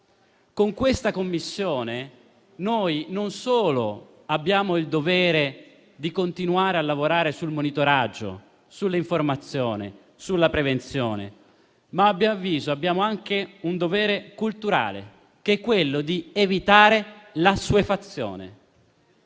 Con questa Commissione non solo abbiamo il dovere di continuare a lavorare sul monitoraggio, sull'informazione e sulla prevenzione, ma a mio avviso abbiamo anche il dovere culturale di evitare l'assuefazione